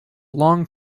long